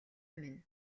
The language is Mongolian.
минь